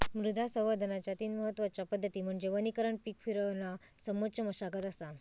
मृदा संवर्धनाच्या तीन महत्वच्या पद्धती म्हणजे वनीकरण पीक फिरवणा समोच्च मशागत असा